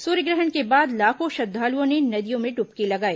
सूर्यग्रहण के बाद लाखों श्रद्दालुओं ने नदियों में ड्बकी लगाई